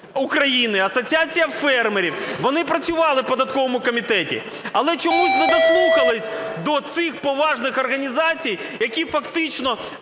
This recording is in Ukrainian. України, Асоціація фермерів вони працювали у податковому комітеті. Але чомусь не дослухалися до цих поважних організацій, які фактично